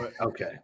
Okay